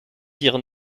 dire